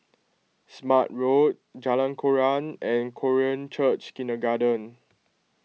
Smart Road Jalan Koran and Korean Church Kindergarten